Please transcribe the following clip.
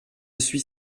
suis